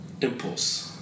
impulse